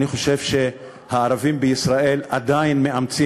אני חושב שהערבים בישראל עדיין מאמצים,